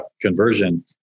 conversion